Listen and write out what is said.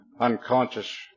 unconscious